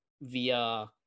via